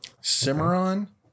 cimarron